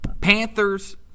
Panthers